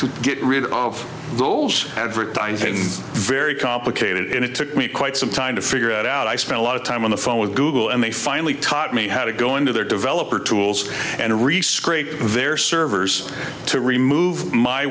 to get rid of those advertising very complicated and it took me quite some time to figure it out i spent a lot of time on the phone with google and they finally taught me how to go into their developer tools and rescreen their servers to remove my